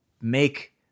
make